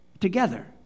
together